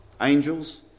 angels